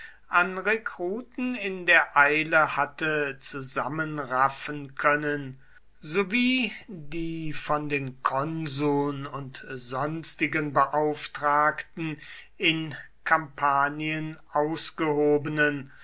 an rekruten in der eile hatte zusammenraffen können sowie die von den konsuln und sonstigen beauftragten in kompanien ausgehobenen